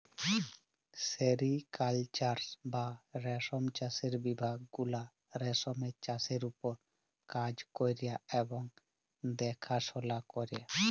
sericulture বা রেশম চাষের বিভাগ গুলা রেশমের চাষের উপর কাজ ক্যরে এবং দ্যাখাশলা ক্যরে